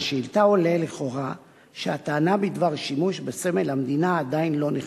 מהשאילתא עולה לכאורה שהטענה בדבר שימוש בסמל המדינה עדיין לא נחקרה.